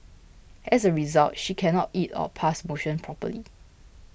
as a result she cannot eat or pass motion properly